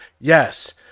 yes